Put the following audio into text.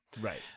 Right